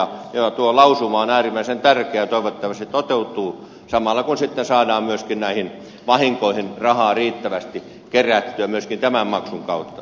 tuo lausuma on äärimmäisen tärkeä ja toivottavasti toteutuu samalla kun sitten saadaan myöskin näihin vahinkoihin rahaa riittävästi kerättyä myöskin tämän maksun kautta